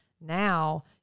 now